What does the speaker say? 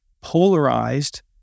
polarized